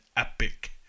Epic